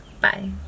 Bye